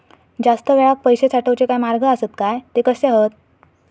जास्त वेळाक पैशे साठवूचे काय मार्ग आसत काय ते कसे हत?